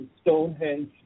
Stonehenge